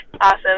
Awesome